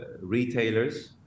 retailers